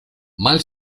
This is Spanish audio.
mal